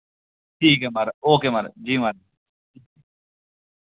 ठीक ऐ महाराज ओके महाराज जी महाराज